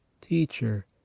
teacher